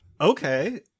okay